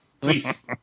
please